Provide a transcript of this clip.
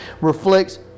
reflects